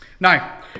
Now